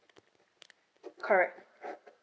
correct